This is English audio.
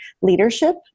leadership